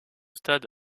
stade